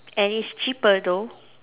and it's cheaper though